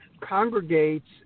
congregates